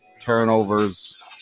turnovers